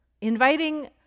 inviting